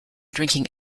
drinking